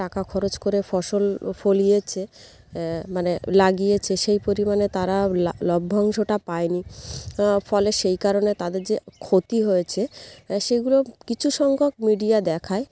টাকা খরচ করে ফসল ফলিয়েছে মানে লাগিয়েছে সেই পরিমাণে তারা লভ্যাংশটা পায়নি ফলে সেই কারণে তাদের যে ক্ষতি হয়েছে সেগুলো কিছু সংখ্যক মিডিয়া দেখায়